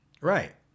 Right